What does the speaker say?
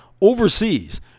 overseas